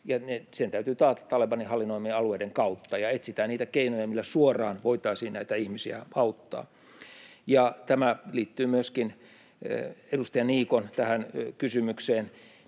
se täytyy taata Talebanin hallinnoimien alueiden kautta, ja etsitään niitä keinoja, millä suoraan voitaisiin näitä ihmisiä auttaa. Tämä liittyy myöskin edustaja Niikon kysymykseen,